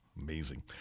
Amazing